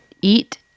eat